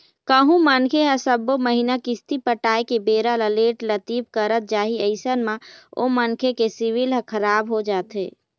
कहूँ मनखे ह सब्बो महिना किस्ती पटाय के बेरा ल लेट लतीफ करत जाही अइसन म ओ मनखे के सिविल ह खराब हो जाथे